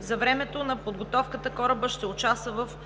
За времето на подготовката корабът ще участва в